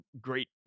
great